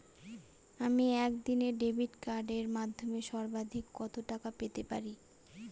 আমি একদিনে ডেবিট কার্ডের মাধ্যমে সর্বাধিক কত টাকা পেতে পারি?